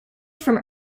from